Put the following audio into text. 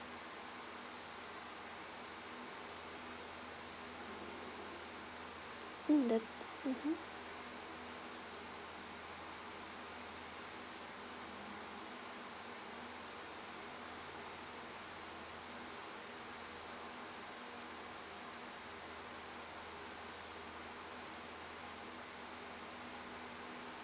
mm the mmhmm